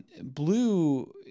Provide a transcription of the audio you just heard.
blue